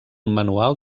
manual